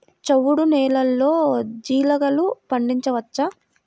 చవుడు నేలలో జీలగలు పండించవచ్చా?